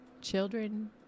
children